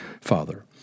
father